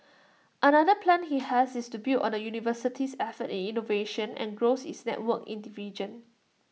another plan he has is to build on the university's efforts in innovation and grow its networks in the region